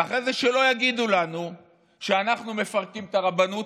ואחרי זה שלא יגידו לנו שאנחנו מפרקים את הרבנות,